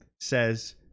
says